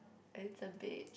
it's a beach